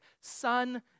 Son